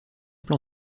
plan